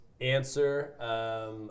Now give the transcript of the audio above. answer